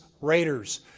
Raiders